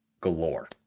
galore